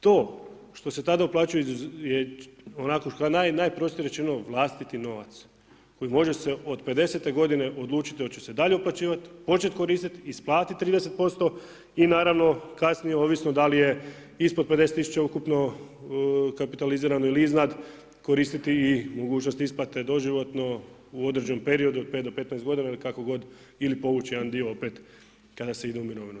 To što se tada uplaćuje je onako najprostije rečeno vlastiti novac i može se od 50. godine odlučiti hoće se dalje uplaćivati, počet koristiti, isplatiti 30% i naravno kasnije ovisno da li je ispod 50.000 ukupno kapitalizirano ili iznad koristiti i mogućnost isplate doživotno u određenom periodu od 5 do 15 godina ili kako god ili povući jedan dio opet kada se ide u mirovinu.